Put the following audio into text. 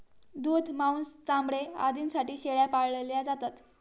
दूध, मांस, चामडे आदींसाठी शेळ्या पाळल्या जातात